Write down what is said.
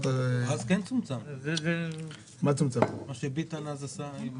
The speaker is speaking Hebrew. אז כן צומצם, מה שביטן אז עשה.